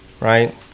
right